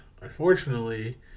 unfortunately